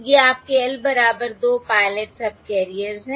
ये आपके L बराबर 2 पायलट सबकैरियर्स हैं